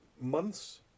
months